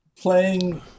playing